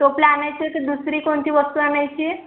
टोपला आणायचं तर दुसरी कोणती वस्तू आणायची